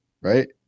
Right